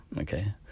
Okay